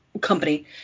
company